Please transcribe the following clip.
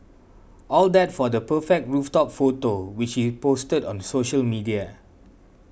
all that for the perfect rooftop photo which he posted on the social media